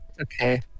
okay